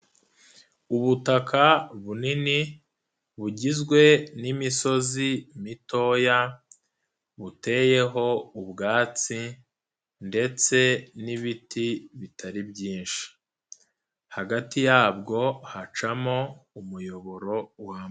Ubutaka bunini bugizwe n'imisozi mitoya buteyeho ubwatsi ndetse n'ibiti bitari byinshi, hagati yabwo hacamo umuyoboro wa.